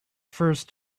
first